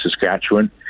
Saskatchewan